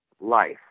life